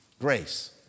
Grace